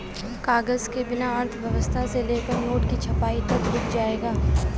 कागज के बिना अर्थव्यवस्था से लेकर नोट की छपाई तक रुक जाएगा